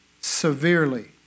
severely